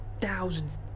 thousands